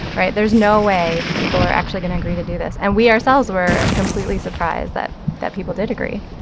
right? there's no way people are actually going to agree to do this. and we ourselves were completely surprised that that people did agree.